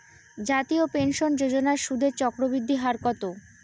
জাতীয় পেনশন যোজনার সুদের চক্রবৃদ্ধি হার কত?